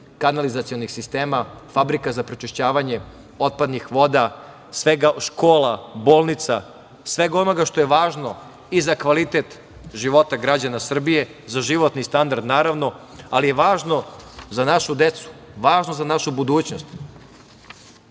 kanalizacionih sistema, fabrika za prečišćavanje otpadnih voda, škola, bolnica, svega onoga što je važno i za kvalitet života građana Srbije, za životni standard naravno, ali je važno za našu decu, za našu budućnost. Dakle,